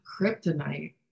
kryptonite